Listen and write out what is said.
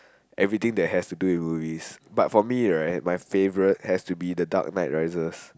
everything that has to do with movies but for me right my favourite has to be the Dark Knight Rises